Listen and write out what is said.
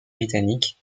britannique